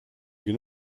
günü